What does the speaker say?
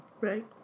Right